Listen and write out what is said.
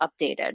updated